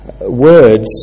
words